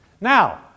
Now